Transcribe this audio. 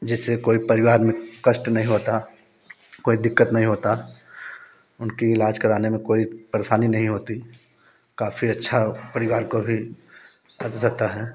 जिससे कोई परिवार में कष्ट नहीं होता कोई दिक्कत नहीं होता उनकी इलाज कराने में कोई परेशानी नहीं होती काफ़ी अच्छा परिवार को भी थक जाता है